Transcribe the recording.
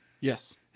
Yes